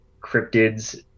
cryptids